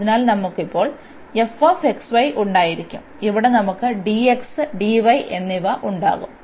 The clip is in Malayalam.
അതിനാൽ നമുക്ക് ഇപ്പോൾ ഉണ്ടായിരിക്കും അവിടെ നമുക്ക് dx dy എന്നിവ ഉണ്ടാകും